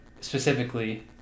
specifically